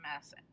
mess